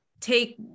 take